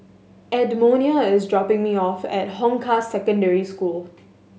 Edmonia is dropping me off at Hong Kah Secondary School